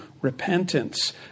repentance